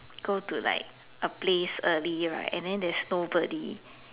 go to like a place early right and then there's nobody